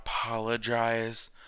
apologize